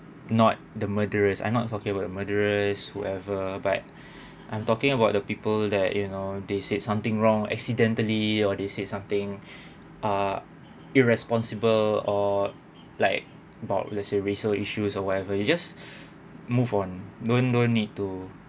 not the murderers I not talking about the murderer's whoever but I'm talking about the people that you know they said something wrong accidentally or they said something ah irresponsible or like about let's say racial issues or whatever you just move on don't don't need to